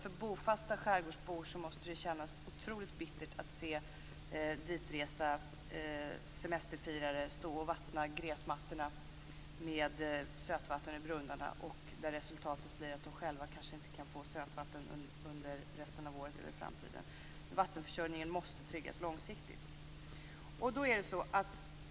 För bofasta skärgårdsbor måste det kännas otroligt bittert att se ditresta semesterfirare vattna gräsmattorna med sötvatten ur brunnarna då resultatet kan bli att de själva kanske inte får sötvatten under resten av året i framtiden. Vattenförsörjningen måste tryggas långsiktigt.